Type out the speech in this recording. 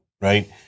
right